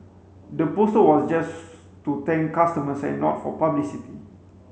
the poster was just to thank customers and not for publicity